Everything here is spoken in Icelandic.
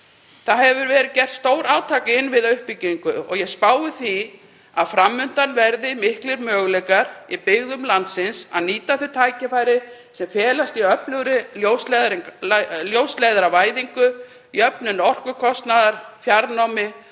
Það hefur verið gert stórátak í innviðauppbyggingu og ég spái því að fram undan verði miklir möguleikar í byggðum landsins að nýta þau tækifæri sem felast í öflugri ljósleiðaravæðingu, jöfnun orkukostnaðar, fjarnámi